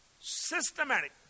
Systematic